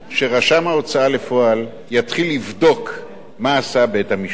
שרשם ההוצאה לפועל יתחיל לבדוק מה עשה בית-המשפט.